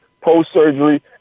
post-surgery